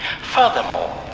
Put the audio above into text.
furthermore